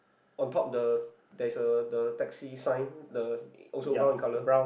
on top the there is a the taxi sign the also brown in colour